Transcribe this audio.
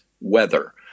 weather